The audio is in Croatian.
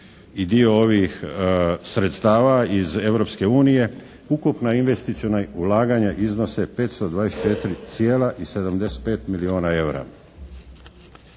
i dio ovih sredstava iz Europske unije, ukupna investiciona ulaganja iznose 524,75 milijuna eura.